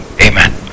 Amen